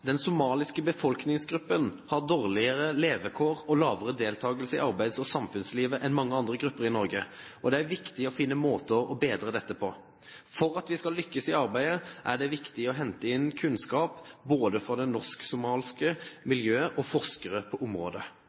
somaliske befolkningsgruppen har dårligere levekår og lavere deltagelse i arbeids- og samfunnslivet enn mange andre grupper i Norge, og det er viktig å finne måter å bedre dette på. For at vi skal lykkes i arbeidet, er det viktig å hente inn kunnskap både fra det norsk-somaliske miljøet og forskere på området.»